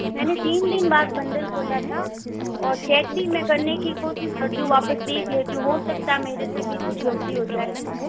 मैंने तीन दिन बाद बण्डल खोला था और चेक मैं भी करने की कोशिश करती हूँ वापस देख लेती हूँ हो सकता है मेरे से भी कुछ गलती हो जाए तो